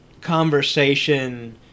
conversation